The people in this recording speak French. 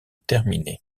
terminée